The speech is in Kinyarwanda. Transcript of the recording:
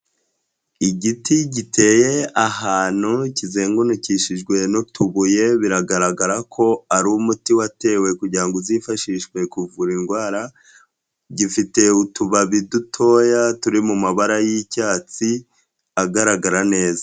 Igiti giteye ahantu kizengurukishijwe n'utubuye, biragaragara ko ari umuti watewe kugira ngo uzifashishwe kuvura indwara, gifite utubabi dutoya turi mu mabara y'icyatsi agaragara neza.